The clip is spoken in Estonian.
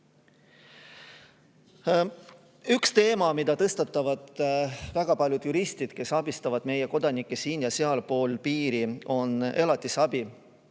Üks teema, mida tõstatavad väga paljud juristid, kes abistavad meie kodanikke siin- ja sealpool piiri, on elatisabi.